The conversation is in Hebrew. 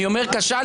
אני אומר שכשלתי.